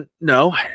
No